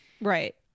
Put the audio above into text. Right